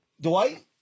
Dwight